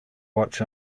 watch